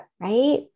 Right